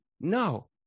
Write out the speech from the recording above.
No